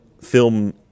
film